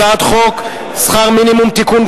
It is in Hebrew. הצעת חוק שכר מינימום (תיקון,